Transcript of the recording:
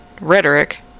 rhetoric